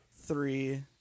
three